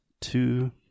two